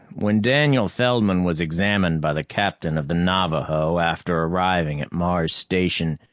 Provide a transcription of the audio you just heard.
when daniel feldman was examined by the captain of the navaho after arriving at mars station,